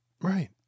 Right